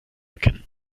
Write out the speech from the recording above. erkennen